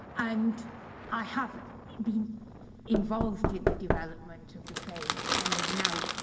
and i haven't been involved in the development of the plays, and have now,